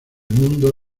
mundo